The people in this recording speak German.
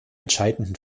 entscheidenden